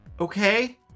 Okay